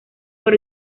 por